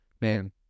man